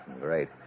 great